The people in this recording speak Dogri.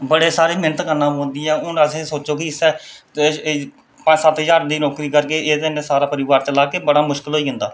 बड़े सारे मैह्नत करना पौंदी ऐ हून असें ई सोचो कि इस्सै पंज सत्त ज्हार दी नौकरी करगे उं'दे नै सारा परोआर चलागे बड़ा मुश्कल होई जंदा